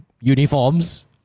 uniforms